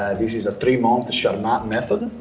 this is a three-months charmat method.